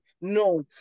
No